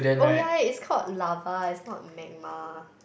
oh ya it's called lava it's not magma